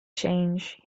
change